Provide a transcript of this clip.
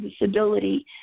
disability